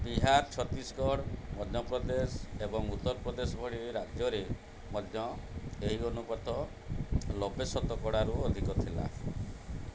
ବିହାର ଛତିଶଗଡ଼ ମଧ୍ୟପ୍ରଦେଶ ଏବଂ ଉତ୍ତରପ୍ରଦେଶ ଭଳି ରାଜ୍ୟରେ ମଧ୍ୟ ଏହି ଅନୁପାତ ନବେ ଶତକଡ଼ାରୁ ଅଧିକ ଥିଲା